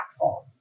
impactful